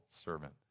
servant